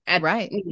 Right